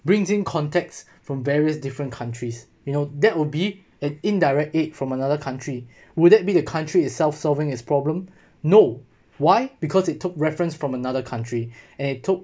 brings in contacts from various different countries you know that would be an indirect aid from another country would that be the country itself solving his problem no why because it took reference from another country and it took